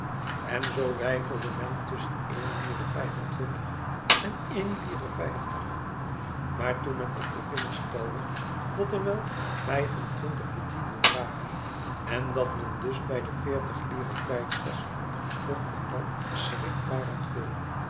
en zoo weifelde men tusschen éen lire vijf en twintig en éen lire vijftig maar toen men op de vingers telde dat er wel vijf-en-twintig bedienden waren en dat men dus bij de veertig lire kwijt was vond men dat schrikbarend veel